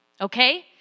okay